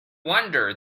wonder